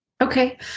Okay